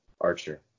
Archer